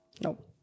No